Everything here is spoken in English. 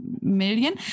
million